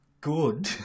good